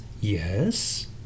yes